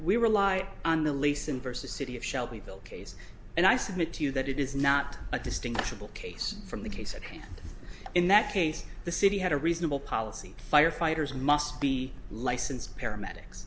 we rely on the lace in versus city of shelbyville case and i submit to you that it is not a distinguishable case from the case at hand in that case the city had a reasonable policy firefighters must be licensed paramedics